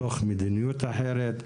מתוך מדיניות אחרת,